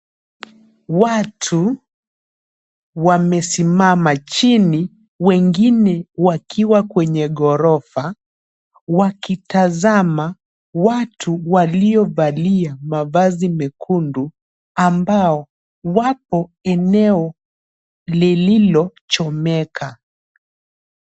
Watu wamesimama chini wengine wakiwa kwenye ghorofa wakitazama watu waliovalia mavazi mekundu ambao wapo eneo lililochomeka.